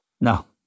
No